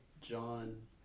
John